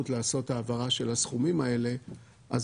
את השינויים בתקציב הכנסת לשנת 2022. אני